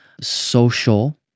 social